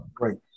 Right